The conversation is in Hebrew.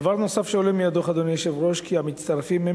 דבר נוסף שעולה מהדוח הוא כי המצטרפים הם